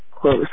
close